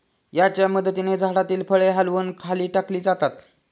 याच्या मदतीने झाडातील फळे हलवून खाली टाकली जातात